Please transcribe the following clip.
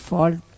Fault